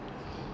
ya